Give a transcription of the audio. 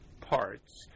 parts